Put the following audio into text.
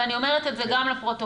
ואני אומרת את זה גם לפרוטוקול,